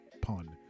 pun